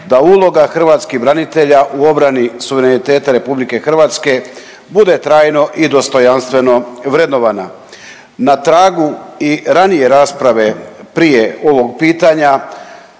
da uloga hrvatskih branitelja u obrani suvereniteta RH bude trajno i dostojanstveno vrednovana. Na tragu i ranije rasprave prije ovog pitanja,